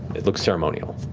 it look ceremonial.